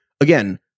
again